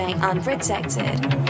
Unprotected